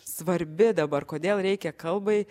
svarbi dabar kodėl reikia kalbai